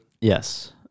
Yes